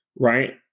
right